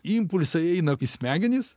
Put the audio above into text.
impulsai eina į smegenis